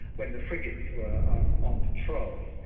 when the frigates were um on patrol,